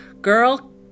girl